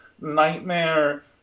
nightmare